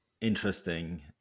interesting